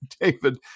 David